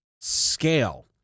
scale